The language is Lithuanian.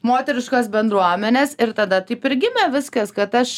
moteriškos bendruomenės ir tada taip ir gimė viskas kad aš